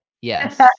Yes